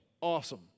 awesome